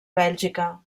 bèlgica